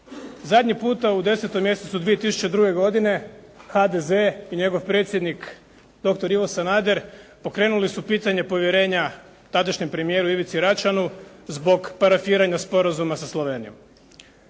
Zadnji puta u 10. mjesecu 2002. godine HDZ i njegov predsjednik dr. Ivo Sanader, pokrenuli su pitanje povjerenja tadašnjem premijeru Ivici Račanu zbog parafiranja Sporazuma sa Slovenijom.